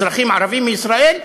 אזרחים ערבים מישראל,